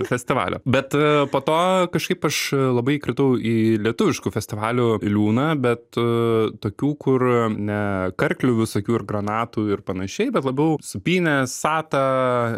festivalio bet po to kažkaip aš labai įkritau į lietuviškų festivalių liūną bet a tokių kur ne karklių visokių ir granatų ir panašiai bet labiau supynės sata